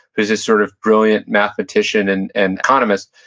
who's this sort of brilliant mathematician and and economist.